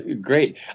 Great